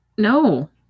No